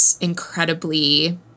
incredibly